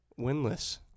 winless